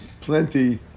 plenty